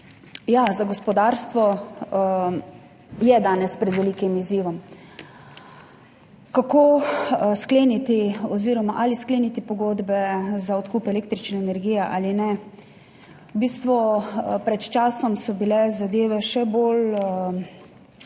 Ja, gospodarstvo je danes pred velikim izzivom, kako skleniti oziroma ali skleniti pogodbe za odkup električne energije ali ne. V bistvu so bile pred časom zadeve še bolj